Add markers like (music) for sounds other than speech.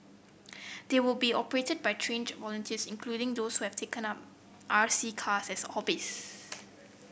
they will be operated by trained volunteers including those (unintelligible) R C cars as hobbies